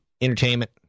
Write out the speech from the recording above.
entertainment